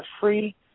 free